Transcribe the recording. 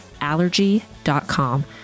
Allergy.com